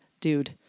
dude